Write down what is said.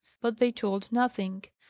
but they told nothing.